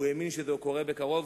הוא האמין שזה קורה בקרוב,